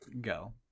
go